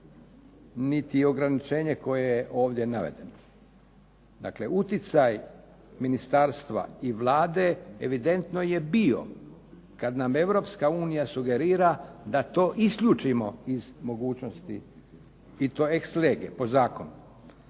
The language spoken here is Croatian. niti je ograničenje koje je ovdje navedeno. Dakle, uticaj ministarstva i Vlade evidentno je bio kad nam Europska unija sugerira da to isključimo iz mogućnosti i to ex lege po zakonu.